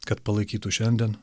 kad palaikytų šiandien